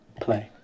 Play